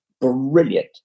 brilliant